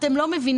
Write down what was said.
"אתם לא מבינים".